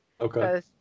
Okay